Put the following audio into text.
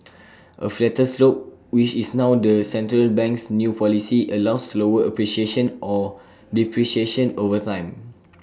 A flatter slope which is now the central bank's new policy allows slower appreciation or depreciation over time